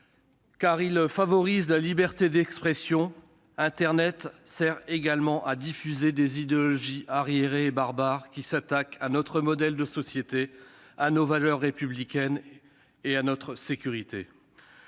S'il favorise la liberté d'expression, internet sert également à diffuser des idéologies arriérées et barbares, qui s'attaquent à notre modèle de société, à nos valeurs républicaines et à notre sécurité.